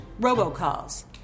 robocalls